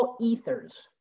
ethers